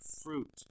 fruit